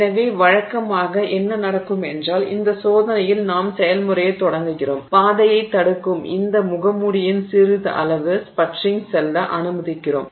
எனவே வழக்கமாக என்ன நடக்கும் என்றால் இந்த சோதனைகளில் நாம் செயல்முறையைத் தொடங்குகிறோம் பாதையைத் தடுக்கும் இந்த முகமூடியுடன் சிறிது அளவு ஸ்பட்டரிங் செல்ல அனுமதிக்கிறோம்